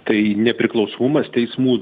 tai nepriklausomumas teismų